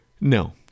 no